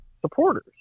supporters